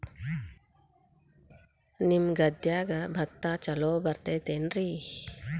ನಿಮ್ಮ ಗದ್ಯಾಗ ಭತ್ತ ಛಲೋ ಬರ್ತೇತೇನ್ರಿ?